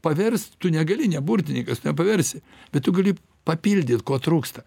pavirst tu negali ne burtininkas tu nepaversi bet tu gali papildyt ko trūksta